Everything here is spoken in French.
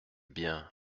bien